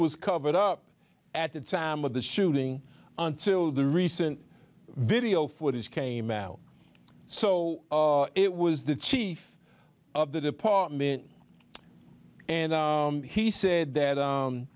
was covered up at the time of the shooting until the recent video footage came out so it was the chief of the department and he said that